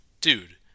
dude